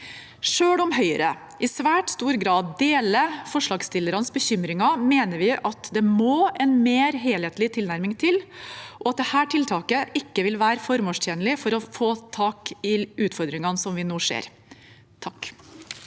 Selv om Høyre i svært stor grad deler forslagsstillernes bekymringer, mener vi at det må en mer helhetlig tilnærming til, og at dette tiltaket ikke vil være formålstjenlig for å ta tak i utfordringene som vi nå ser. Svein